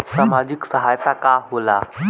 सामाजिक सहायता का होला?